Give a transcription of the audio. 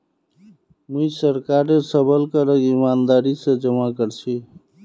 मुई सरकारेर सबल करक ईमानदारी स जमा कर छी